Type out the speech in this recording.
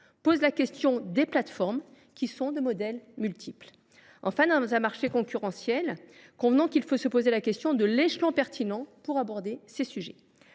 les modèles des plateformes, qui sont tout aussi divers. Enfin, dans un marché concurrentiel, convenons qu’il faut se poser la question de l’échelon pertinent pour aborder ces sujets.